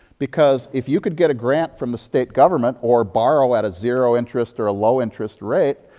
because if you could get a grant from the state government or borrow at a zero-interest or a low-interest rate,